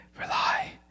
rely